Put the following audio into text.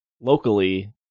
locally